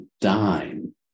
dime